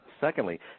Secondly